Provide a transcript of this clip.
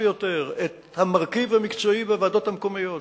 ביותר את המרכיב המקצועי בוועדות המקצועיות.